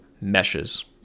meshes